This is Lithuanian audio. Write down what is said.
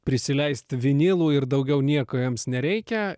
prisileisti vinilų ir daugiau nieko jiems nereikia